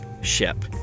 ship